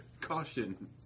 Caution